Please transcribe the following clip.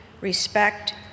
respect